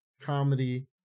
comedy